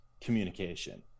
communication